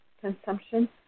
consumption